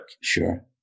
Sure